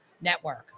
Network